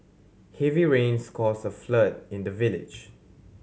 heavy rains caused a flood in the village